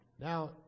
Now